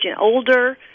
older